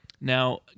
Now